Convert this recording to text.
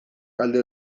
alde